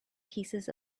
pieces